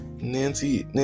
Nancy